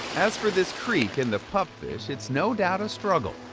as for this creek and the pupfish, it's no doubt a struggle,